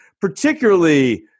particularly